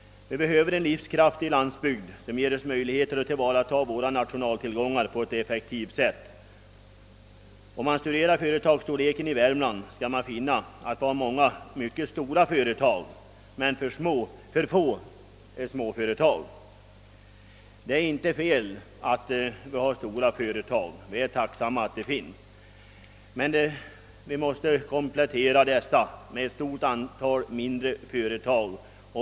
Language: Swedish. Vi behöver en livskraftig landsbygd, som ger oss möjligheter att tillvarata våra nationaltillgångar på ett effektivt sätt. Om man studerar företagsstorleken i Värmland, skall man finna att vi har många mycket stora företag men för få småföretag. Det är inte fel att ha stora företag. Vi är tacksamma att de finns, men vi måste komplettera dessa med ett stort antal mindre företag.